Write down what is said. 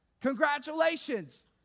Congratulations